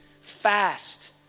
fast